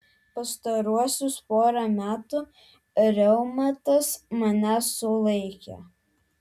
pastaruosius porą metų reumatas mane sulaikė